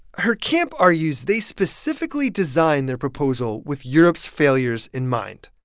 her camp argues they specifically designed their proposal with europe's failures in mind.